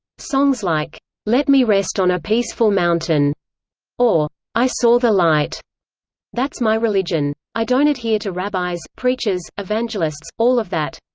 songs like let me rest on a peaceful mountain or i saw the light that's my religion. i don't adhere to rabbis, preachers, evangelists, all of that.